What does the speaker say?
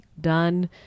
done